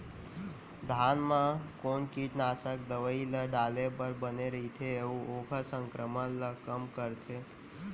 धान म कोन कीटनाशक दवई ल डाले बर बने रइथे, अऊ ओखर संक्रमण ल कम करथें?